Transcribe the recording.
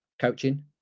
coaching